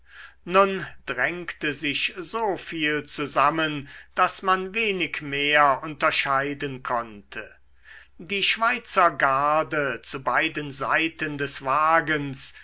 nun drängte sich so viel zusammen daß man wenig mehr unterscheiden konnte die schweizergarde zu beiden seiten des wagens